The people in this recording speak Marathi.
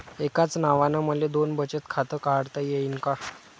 एकाच नावानं मले दोन बचत खातं काढता येईन का?